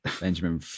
Benjamin